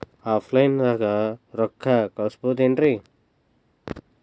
Offline ದಾಗ ರೊಕ್ಕ ಕಳಸಬಹುದೇನ್ರಿ?